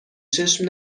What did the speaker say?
چشم